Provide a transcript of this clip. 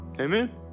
Amen